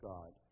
God